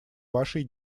вашей